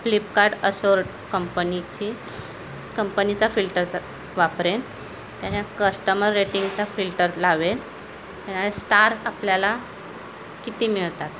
Flipkart असोर्ट कंपनीची कंपनीचा फिल्टरचा वापरेन त्याने कस्टमर रेटिंगचा फिल्टर लावेन स्टार आपल्याला किती मिळतात